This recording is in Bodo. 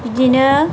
बिदिनो